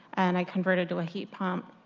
and i converted to a heat pump,